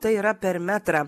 tai yra per metrą